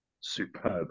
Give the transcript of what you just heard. superb